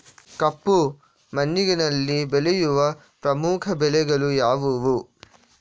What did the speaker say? ಕಪ್ಪು ಮಣ್ಣಿನಲ್ಲಿ ಬೆಳೆಯುವ ಪ್ರಮುಖ ಬೆಳೆಗಳು ಯಾವುವು?